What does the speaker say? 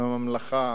ממלכה